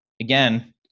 again